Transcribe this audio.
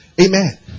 Amen